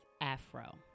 afro